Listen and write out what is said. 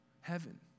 heaven